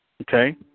okay